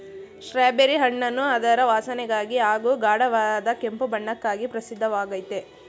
strawberry ಹಣ್ಣನ್ನು ಅದರ ವಾಸನೆಗಾಗಿ ಹಾಗೂ ಗಾಢವಾದ ಕೆಂಪು ಬಣ್ಣಕ್ಕಾಗಿ ಪ್ರಸಿದ್ಧವಾಗಯ್ತೆ